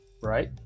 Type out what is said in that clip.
Right